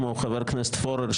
כמו חבר הכנסת פורר,